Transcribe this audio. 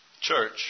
church